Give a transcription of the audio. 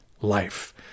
life